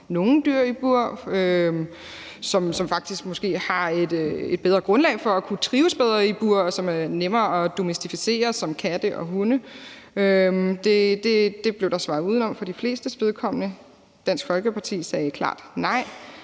nogle dyr i bur, som måske faktisk har et bedre grundlag for at kunne trives bedre i bur, og som er nemmere at domesticere, f.eks. katte og hunde. Dér blev der svaret udenom for de flestes vedkommende. Dansk Folkeparti sagde som det